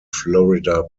florida